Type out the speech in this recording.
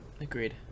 Agreed